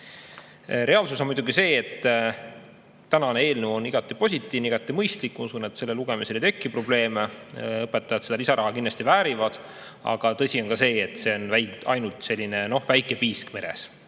Reaalsus on muidugi see, et tänane eelnõu on igati positiivne, igati mõistlik, ma usun, et selle lugemisel ei teki probleeme. Õpetajad seda lisaraha kindlasti väärivad. Aga tõsi on ka see, et see on ainult väike piisk meres